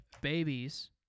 Babies